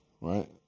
right